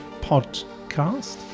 podcast